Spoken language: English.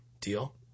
Deal